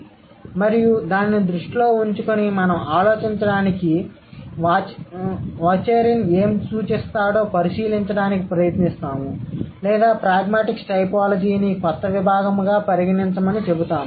కాబట్టి మరియు దానిని దృష్టిలో ఉంచుకుని మేము ఆలోచించడానికి వాచెరిన్ ఏమి సూచిస్తాడో పరిశీలించడానికి ప్రయత్నిస్తాము లేదా ప్రాగ్మాటిక్స్ టైపోలాజీని కొత్త విభాగముగా పరిగణించమని చెబుతాము